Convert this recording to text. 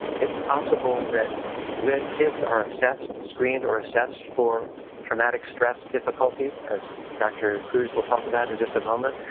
it's possible that when kids are assessed, screened or assessed for traumatic stress difficulties, as dr. cruise will talk about in just a moment,